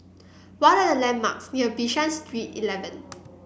what are the landmarks near Bishan Street Eleven